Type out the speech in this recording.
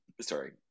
sorry